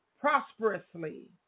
prosperously